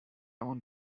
want